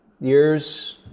years